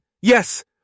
Yes